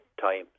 time